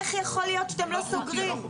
איך יכול להיות שאתם לא סוגרים?